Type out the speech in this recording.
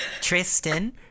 Tristan